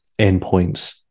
endpoints